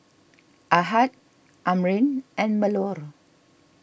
Ahad Amrin and Melur